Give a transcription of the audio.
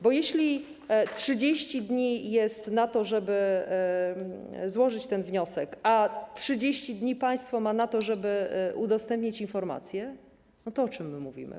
Bo jeśli 30 dni jest na to, żeby złożyć wniosek, a 30 dni państwo ma na to, żeby udostępnić informacje, to o czym my mówimy?